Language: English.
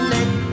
Let